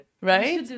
right